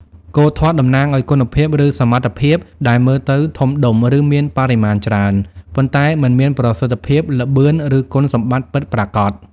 គោធាត់តំណាងឲ្យ គុណភាព ឬសមត្ថភាពដែលមើលទៅធំដុំ ឬមានបរិមាណច្រើន ប៉ុន្តែមិនមានប្រសិទ្ធភាព ល្បឿន ឬគុណសម្បត្តិពិតប្រាកដ។